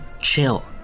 chill